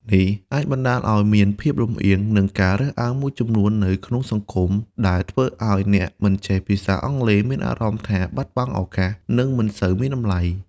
នេះអាចបណ្តាលឱ្យមានភាពលំអៀង និងការរើសអើងមួយចំនួននៅក្នុងសង្គម ដែលធ្វើឱ្យអ្នកមិនចេះភាសាអង់គ្លេសមានអារម្មណ៍ថាបាត់បង់ឱកាស និងមិនសូវមានតម្លៃ។